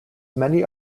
many